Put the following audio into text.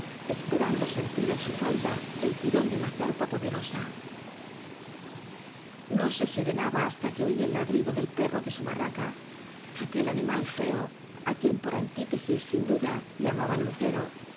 esperando sentir en su falda el tirón de una zarpa poderosa no se serenaba hasta que oía el ladrido del perro de su barraca aquel animal feo á quien por antítesis sin duda llamaban lucero